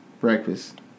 breakfast